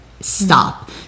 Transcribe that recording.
stop